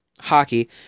hockey